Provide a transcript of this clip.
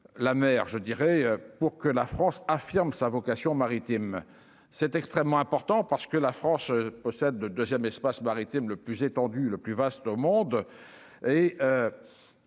la mer, je dirais, pour que la France affirme sa vocation maritime, c'est extrêmement important parce que la France possède le 2ème espace maritime le plus étendu, le plus vaste au monde